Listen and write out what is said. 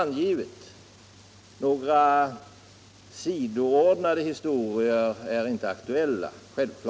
Några sidoordnade historier är självklart inte aktuella.